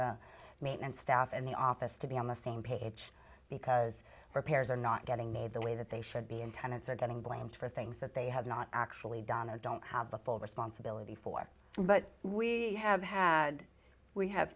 the maintenance staff and the office to be on the same page because repairs are not getting made the way that they should be and tenants are getting blamed for things that they have not actually donna don't have the full responsibility for but we have had we ha